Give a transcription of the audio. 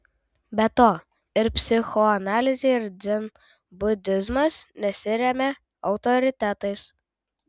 be to ir psichoanalizė ir dzenbudizmas nesiremia autoritetais